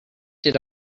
did